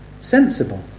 Sensible